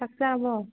ꯆꯥꯛ ꯆꯥꯔꯕꯣ